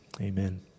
Amen